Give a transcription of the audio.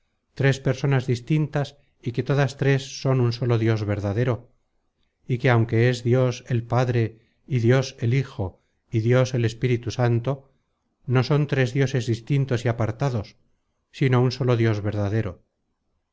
tres personas distintas y que todas tres son un solo dios verdadero y que aunque es dios el padre y dios el hijo y dios el espíritu santo no son tres dioses distintos y apartados sino un solo dios verdadero